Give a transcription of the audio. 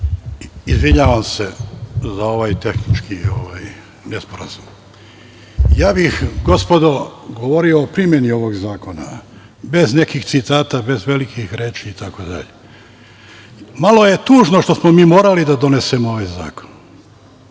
Izvinjavam se za ovaj tehnički nesporazum. Gospodo, ja bih govorio o primeni ovog zakona, bez nekih citata, bez velikih reči, itd. Malo je tužno što smo mi morali da donesemo ovaj zakon.